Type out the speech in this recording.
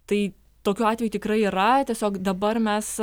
tai tokių atvejų tikrai yra tiesiog dabar mes